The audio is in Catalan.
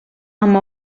amb